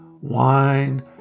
wine